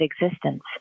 existence